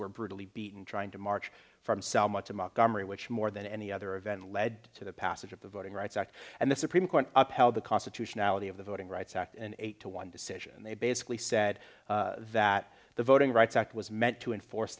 were brutally beaten trying to march from selma to montgomery which more than any other event led to the passage of the voting rights act and the supreme court upheld the constitutionality of the voting rights act an eight to one decision and they basically said that the voting rights act was meant to enforce